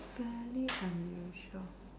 fairly unusual